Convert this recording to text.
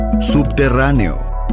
subterráneo